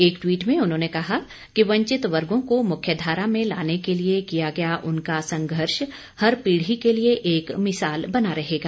एक ट्वीट में उन्होंने कहा कि वंचित वर्गों को मुख्य धारा में लाने के लिए किया गया उनका संघर्ष हर पीढ़ी के लिए एक मिसाल बना रहेगा